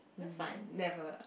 mm never